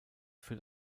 für